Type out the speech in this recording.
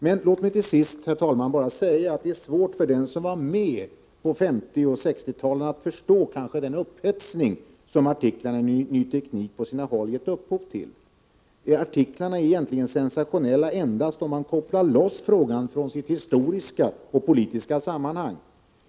Men låt mig till sist, herr talman, bara säga att det är svårt för den som var med på 1950 och 1960-talen att förstå den upphetsning som artiklarna i Ny Teknik på sina håll gett upphov till. Artiklarna är egentligen sensationella endast om man kopplar loss frågan från sitt historiska och politiska sammanhang.